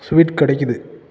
sweet கிடைக்கிது